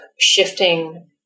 shifting